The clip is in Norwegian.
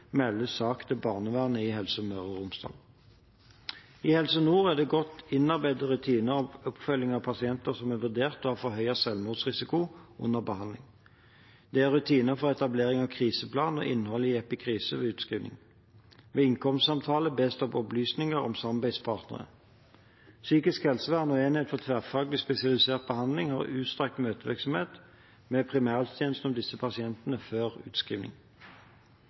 sak til barnevernet i Helse Møre og Romsdal. I Helse Nord er det godt innarbeidede rutiner om oppfølging av pasienter som er vurdert å ha forhøyet selvmordsrisiko under behandling. Det er rutiner for etablering av kriseplan og innhold i epikrise ved utskriving. Ved innkomstsamtale bes det om opplysninger om samarbeidspartnere. Psykisk helsevern og enheter for tverrfaglig spesialisert behandling har utstrakt møtevirksomhet med primærhelsetjenesten om disse pasientene før